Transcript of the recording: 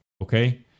okay